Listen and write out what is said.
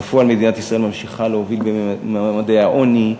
בפועל מדינת ישראל ממשיכה להוביל בממדי העוני.